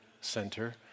Center